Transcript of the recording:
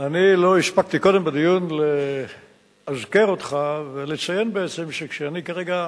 אני לא הספקתי קודם בדיון לאזכר אותך ולציין בעצם שכשאני כרגע,